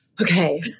Okay